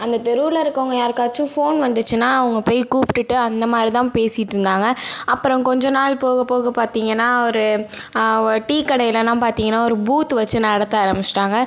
அந்தத் தெருவில் இருக்கவங்க யாருக்காச்சும் ஃபோன் வந்துச்சின்னால் அவங்க போய் கூப்பிட்டுட்டு அந்த மாதிரி தான் பேசிட்டிருந்தாங்க அப்புறம் கொஞ்சம் நாள் போக போக பார்த்தீங்கன்னா ஒரு வ டீ கடையிலலாம் பார்த்தீங்கன்னா ஒரு பூத்து வச்சு நடத்த ஆரம்பிச்சிட்டாங்க